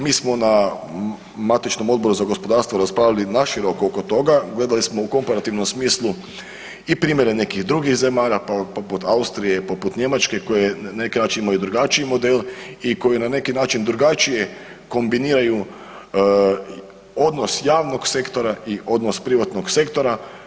Mi smo na matičnom Odboru za gospodarstvo raspravljali naširoko oko toga, gledali smo u komparativnom smislu i primjere nekih drugih zemalja poput Austrije, poput Njemačke koje na neki način imaju drugačiji model i koji na neki način drugačije kombiniraju odnos javnog sektora i odnos privatnog sektora.